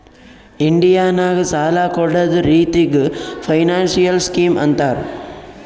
India ನಾಗ್ ಸಾಲ ಕೊಡ್ಡದ್ ರಿತ್ತಿಗ್ ಫೈನಾನ್ಸಿಯಲ್ ಸ್ಕೀಮ್ ಅಂತಾರ್